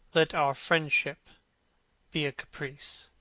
let our friendship be a caprice,